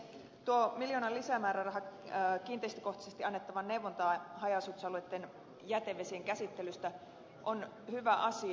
tuo miljoonan lisämääräraha kiinteistökohtaisesti annettavaan neuvontaan haja asutusalueitten jätevesien käsittelystä on hyvä asia